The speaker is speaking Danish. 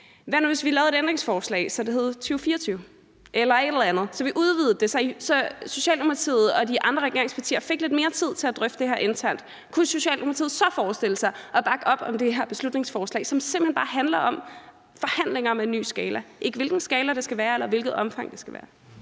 Hvad nu, hvis vi stillede et ændringsforslag, så det hed 2024 eller et eller andet, så vi udvidede det, så Socialdemokratiet og de andre regeringspartier fik lidt mere tid til at drøfte det her internt – kunne Socialdemokratiet så forestille sig at bakke op om det her beslutningsforslag, som simpelt hen bare handler om forhandlinger om en ny skala, ikke hvilken skala det skal være, eller hvilket omfang det skal have?